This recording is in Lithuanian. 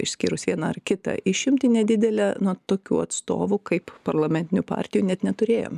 išskyrus vieną ar kitą išimti nedidelę na tokių atstovų kaip parlamentinių partijų net neturėjome